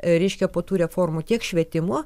reiškia po tų reformų tiek švietimo